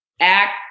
act